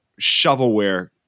shovelware